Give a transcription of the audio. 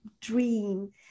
dream